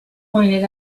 pointed